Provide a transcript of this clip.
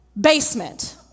basement